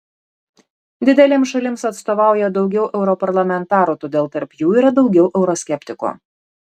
didelėms šalims atstovauja daugiau europarlamentarų todėl tarp yra jų daugiau euroskeptikų